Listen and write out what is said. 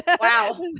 wow